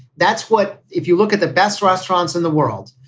that's what if you look at the best restaurants in the world,